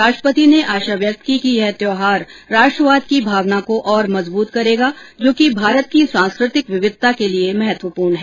राष्ट्रपति ने आशा व्यक्त की कि यह त्यौहार राष्ट्रवाद की भावना को और मजबूत करेगा जो कि भारत की सांस्कृतिक विविधता के लिए महत्वपूर्ण है